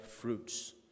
fruits